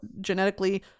genetically